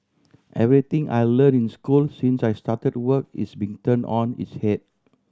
everything I learnt in school since I started work is being turned on its head